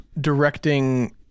directing